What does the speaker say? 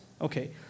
Okay